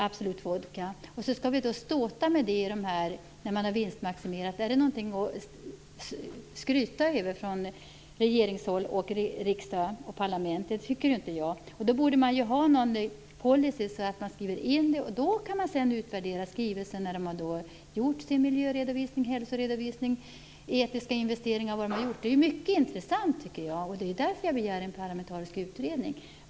Absolut vodka, och att vi skall ståta med det när dessa företag har vinstmaximerat. Är det någonting att skryta med från regering och riksdag? Jag tycker inte det. Man borde då ha en policy och skriva in den, och sedan kan man utvärdera skrivelsen när det har gjorts miljöredovisning, hälsoredovisning, etiska investeringar osv. Det är mycket intressant, och det är därför jag begär en parlamentarisk utredning.